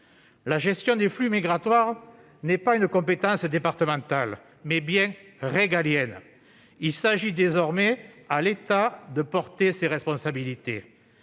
La gestion des flux migratoires est une compétence non pas départementale, mais bien régalienne. Il revient désormais à l'État de porter ses responsabilités.